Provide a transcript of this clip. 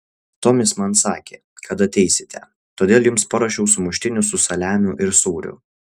tomis man sakė kad ateisite todėl jums paruošiau sumuštinių su saliamiu ir sūriu